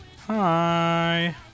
Hi